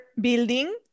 building